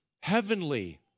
heavenly